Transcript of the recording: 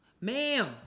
Ma'am